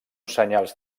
senyals